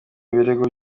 ibirego